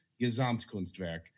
Gesamtkunstwerk